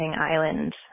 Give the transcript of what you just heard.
island